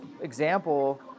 example